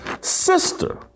sister